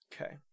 okay